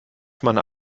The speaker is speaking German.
meine